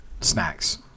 snacks